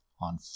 on